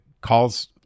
calls